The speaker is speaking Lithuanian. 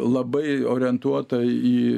labai orientuota į